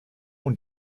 und